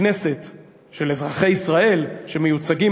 של אזרחי ישראל שמיוצגים